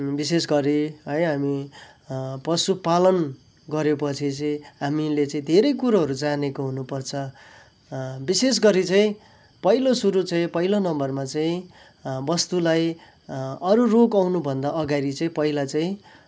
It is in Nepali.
विशेष गरी है हामी पशुपालन गऱ्यो पछि चाहिँ हामीले चाहिँ धेरै कुरोहरू जानेको हुनुपर्छ विशेष गरी चाहिँ पहिलो सुरु चाहिँ पहिलो नम्बरमा चाहिँ वस्तुलाई अरू रोग आउनु भन्दा अगाडी चाहिँ पहिला चाहिँ